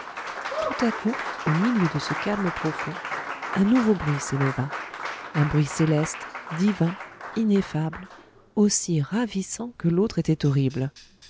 tout à coup au milieu de ce calme profond un nouveau bruit s'éleva un bruit céleste divin ineffable aussi ravissant que l'autre était horrible